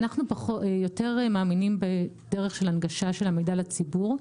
אנחנו יותר מאמינים בדרך של הנגשה של המידע לציבור.